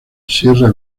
sierra